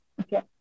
Okay